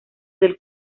del